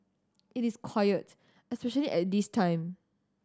it is quiet especially at this time